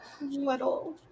Little